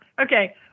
Okay